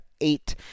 eight